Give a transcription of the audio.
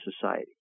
society